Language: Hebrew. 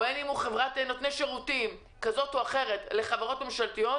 חברה שנותנת שירותים לחברות ממשלתיות,